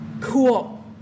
cool